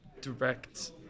direct